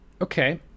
Okay